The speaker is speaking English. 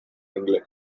england